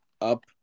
up